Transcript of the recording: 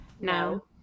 No